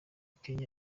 kenya